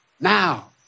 Now